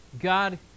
God